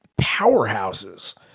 powerhouses